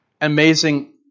Amazing